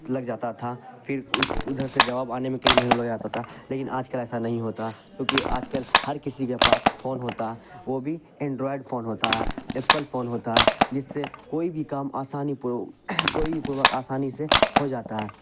لگ جاتا تھا پھر اس ادھر سے جواب آنے میں کئی مہینوں لگ جاتا تھا لیکن آج کل ایسا نہیں ہوتا کیونکہ آج کل ہر کسی کے پاس فون ہوتا وہ بھی اینڈرائڈ فون ہوتا ہے ایپل فون ہوتا ہے جس سے کوئی بھی کام آسانی کوئی پوروک آسانی سے ہو جاتا ہے